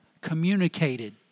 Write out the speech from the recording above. communicated